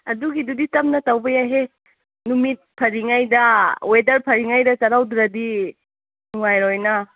ꯑꯗꯨꯒꯤꯗꯨꯗꯤ ꯇꯞꯅ ꯇꯧꯕ ꯌꯥꯏꯍꯦ ꯅꯨꯃꯤꯠ ꯐꯔꯤꯉꯩꯗ ꯋꯦꯗꯔ ꯐꯔꯤꯉꯩꯗ ꯆꯠꯍꯧꯗ꯭ꯔꯗꯤ ꯅꯨꯡꯉꯥꯏꯔꯣꯏꯅ